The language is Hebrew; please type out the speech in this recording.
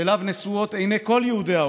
שאליו נשואות עיני כל יהודי העולם,